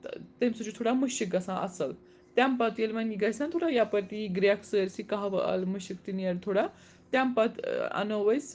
تہٕ تمہِ سۭتۍ چھُ تھوڑا مُشک گژھان اصٕل تَمہِ پَتہٕ ییٚلہِ وۄنۍ یہِ گژھہِ نا تھوڑا یَپٲرۍ یہِ گرٛیٚکھ سٲرسٕے قٔہوٕ ٲلہٕ مُشک تہِ نیرٕ تھوڑا تَمہِ پَتہٕ ٲں اَنو أسۍ